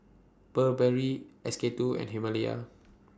Burberry SK two and Himalaya